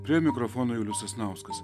prie mikrofono julius sasnauskas